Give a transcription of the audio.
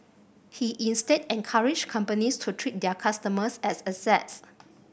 he instead encouraged companies to treat their customers as assets